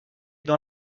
dans